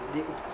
they